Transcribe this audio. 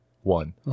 one